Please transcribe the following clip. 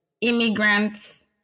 Immigrants